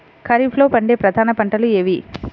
ఖరీఫ్లో పండే ప్రధాన పంటలు ఏవి?